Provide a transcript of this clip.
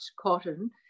cotton